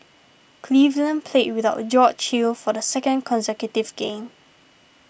Cleveland played without a George Hill for the second consecutive game